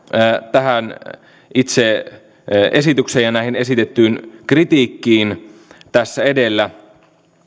tähän itse esitykseen ja tähän esitettyyn kritiikkiin tässä edellä